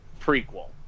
prequel